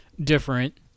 different